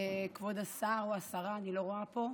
כבוד השר או השרה, אני לא רואה פה.